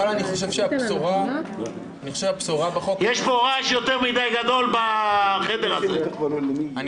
אני חושב שהבשורה המרכזית בחוק הזה, היא